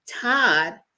Todd